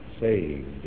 saved